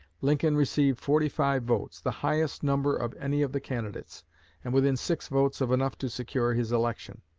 lincoln received forty five votes the highest number of any of the candidates and within six votes of enough to secure his election.